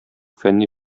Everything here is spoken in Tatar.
фәнни